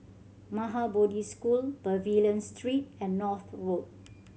Maha Bodhi School Pavilion Street and North Road